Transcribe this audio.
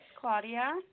Claudia